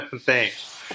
Thanks